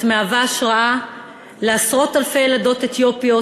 את מהווה השראה לעשרות אלפי ילדות אתיופיות,